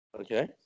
okay